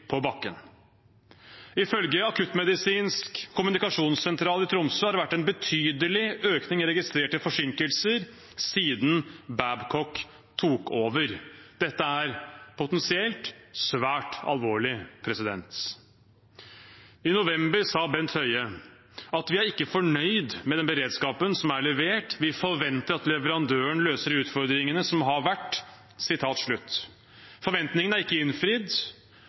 på bakken. Ifølge Akuttmedisinsk kommunikasjonssentral i Tromsø har det vært en betydelig økning i registrerte forsinkelser siden Babcock tok over. Dette er potensielt svært alvorlig. I oktober sa Bent Høie: «Vi er ikke fornøyd med den beredskapen som er levert. Vi forventer at leverandøren løser de utfordringene som har vært.» Forventningene er ikke innfridd.